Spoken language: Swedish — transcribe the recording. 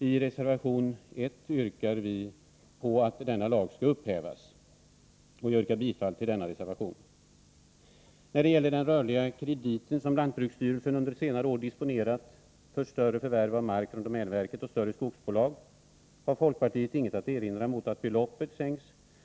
I reservation 1 yrkar vi på att lagen om förbud mot nybyggnad av djurstallar skall upphävas. Jag yrkar bifall till denna reservation. När det gäller den rörliga kredit som lantbruksstyrelsen under senare år disponerat för större förvärv av mark från domänverket och större skogsbolag, har folkpartiet inget att erinra mot att beloppet sänks.